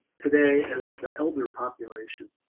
today as the elder population.